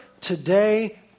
today